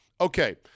Okay